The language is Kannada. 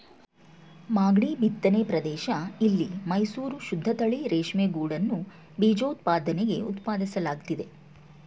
ಮಾಗ್ಡಿ ಬಿತ್ತನೆ ಪ್ರದೇಶ ಇಲ್ಲಿ ಮೈಸೂರು ಶುದ್ದತಳಿ ರೇಷ್ಮೆಗೂಡನ್ನು ಬೀಜೋತ್ಪಾದನೆಗೆ ಉತ್ಪಾದಿಸಲಾಗ್ತಿದೆ